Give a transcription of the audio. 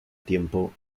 tiempo